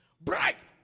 Bright